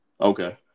okay